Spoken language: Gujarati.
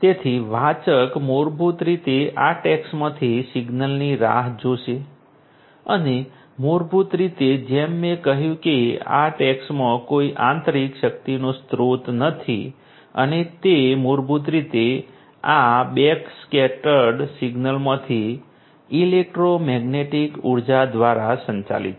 તેથી વાચક મૂળભૂત રીતે આ ટૅગ્સમાંથી સિગ્નલની રાહ જોશે અને મૂળભૂત રીતે જેમ મેં કહ્યું કે આ ટૅગ્સમાં કોઈ આંતરિક શક્તિનો સ્ત્રોત નથી અને તે મૂળભૂત રીતે આ બેકસ્કેટર્ડ સિગ્નલમાંથી ઇલેક્ટ્રોમેગ્નેટિક ઊર્જા દ્વારા સંચાલિત છે